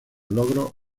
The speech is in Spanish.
logros